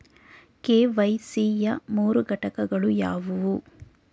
KYC ಯ ಮೂರು ಘಟಕಗಳು ಯಾವುವು?